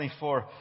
24